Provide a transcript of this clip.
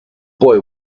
boy